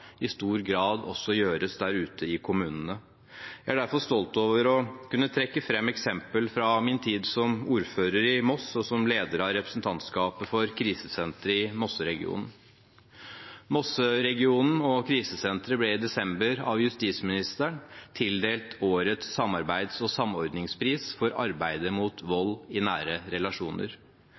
i stor grad gjøres der ute i kommunene. Jeg er derfor stolt over å kunne trekke fram et eksempel fra min tid som ordfører i Moss og som leder av representantskapet for krisesenteret i Mosseregionen. Mosseregionen og krisesenteret ble i desember, av justisministeren, tildelt årets samarbeids- og samordningspris for arbeidet mot vold i nære relasjoner.